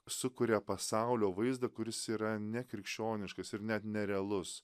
sukuria pasaulio vaizdą kuris yra nekrikščioniškas ir net nerealus